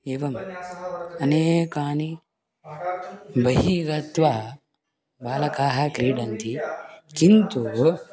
एवम् अनेकानि बहिः गत्वा बालकाः क्रीडन्ति किन्तु